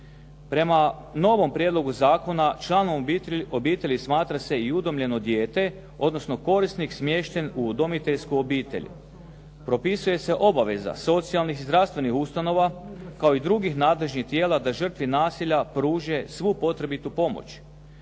Prema novom prijedlogu zakona članom obitelji smatra se i udomljeno dijete, odnosno korisnik smješten u udomiteljsku obitelj. Propisuje se obaveza socijalnih i zdravstvenih ustanova kao i drugih nadležnih tijela da žrtvi nasilja pruže svu potrebitu pomoć.